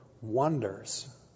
wonders